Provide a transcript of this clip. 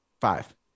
five